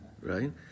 right